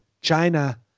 China